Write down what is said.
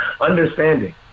Understanding